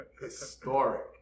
historic